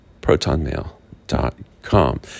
protonmail.com